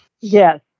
Yes